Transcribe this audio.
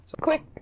Quick